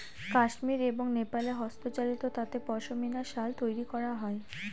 কাশ্মির এবং নেপালে হস্তচালিত তাঁতে পশমিনা শাল তৈরী করা হয়